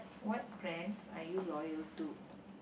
what brands are you loyal to